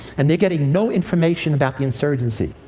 and they're getting no information about the insurgency.